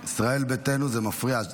וישראל ביתנו, זה מפריע.